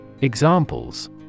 Examples